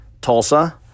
Tulsa